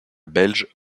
belge